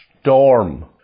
storm